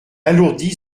alourdit